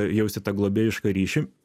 jausti tą globėjišką ryšį